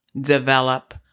develop